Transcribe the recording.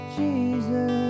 Jesus